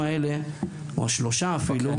אוקיי,